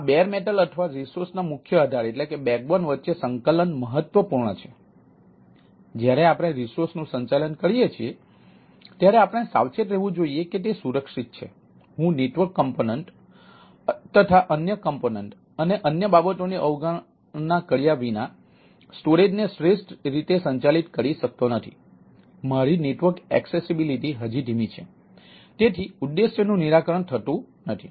તેથી આ bare metal અથવા રિસોર્સ ના મુખ્ય આધાર હજી ધીમી છે તેથી ઉદ્દેશનું નિરાકરણ થતું નથી